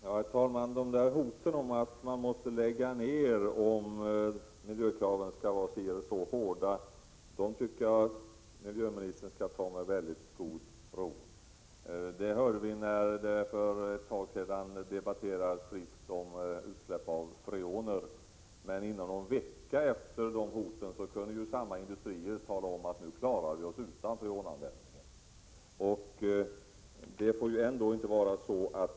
Herr talman! Hoten om att man måste lägga ned verksamheten om det ställs si eller så hårda miljökrav tycker jag att miljöoch energiministern skall ta med mycket god ro. Vi fick ju höra sådana när man för ett tag sedan friskt debatterade utsläpp av freoner. Inom någon vecka efter dessa hot kunde industrierna i fråga meddela att de kunde klara sig utan freonanvändningen.